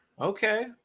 Okay